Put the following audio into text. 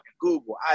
Google